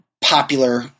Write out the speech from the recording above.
popular